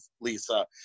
Lisa